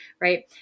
right